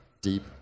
deep